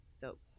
Dope